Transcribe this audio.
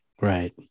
Right